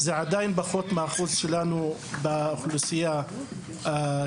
זה עדיין פחות מהאחוז שלנו באוכלוסייה הכללית.